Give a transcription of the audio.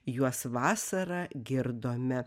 juos vasarą girdome